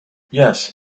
yes